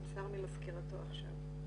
נמסר ממזכירתו עכשיו.